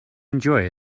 enjoy